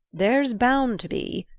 there's bound to be,